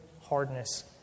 hardness